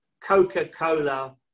Coca-Cola